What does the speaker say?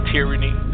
Tyranny